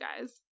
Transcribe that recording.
guys